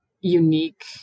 unique